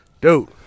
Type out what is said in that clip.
dude